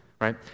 right